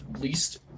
least